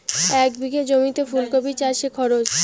এক বিঘে জমিতে ফুলকপি চাষে খরচ?